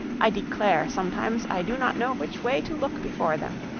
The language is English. i declare sometimes i do not know which way to look before them.